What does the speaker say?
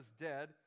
dead